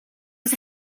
was